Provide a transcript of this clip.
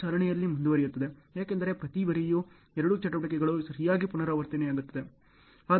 ಇದು ಚಾಲನೆಯಲ್ಲಿ ಮುಂದುವರಿಯುತ್ತದೆ ಏಕೆಂದರೆ ಪ್ರತಿ ಬಾರಿಯೂ ಎರಡೂ ಚಟುವಟಿಕೆಗಳು ಸರಿಯಾಗಿ ಪುನರಾವರ್ತನೆಯಾಗುತ್ತವೆ